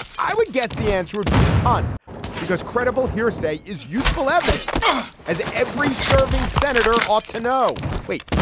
i would guess the answer would be a ton because credible hearsay is useful evidence as every serving senator ought to know. wait.